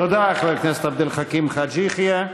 תודה, חבר הכנסת עבד אל חכים חאג' יחיא.